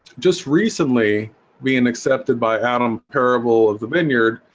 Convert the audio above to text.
just recently being accepted by adam parable of the vineyard